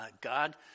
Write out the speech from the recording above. God